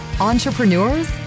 entrepreneurs